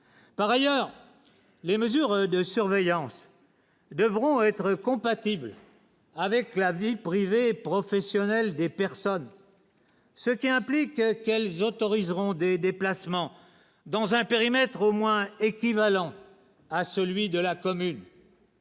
par ailleurs, les mesures de surveillance devront être compatibles. Avec la vie privée et professionnelle des personnes. Ce qui implique qu'elles autoriseront des déplacements dans un périmètre au moins équivalent. à celui de la commune.